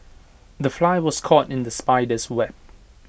the fly was caught in the spider's web